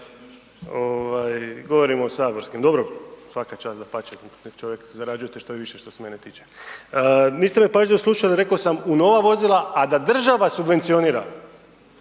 o saborskim, dobro svaka čast dapače nek čovjek, zarađujte što više što se mene tiče. Niste me pažljivo slušali, reko sam u nova vozila, a da država subvencionira